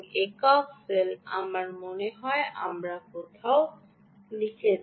একক সেল আমার মনে হয় আমরা কোথাও লিখেছি